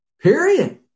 period